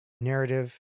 narrative